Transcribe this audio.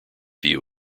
view